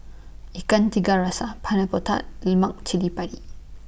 Ikan Tiga Rasa Pineapple Tart Lemak Cili Padi